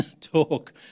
talk